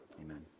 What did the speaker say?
amen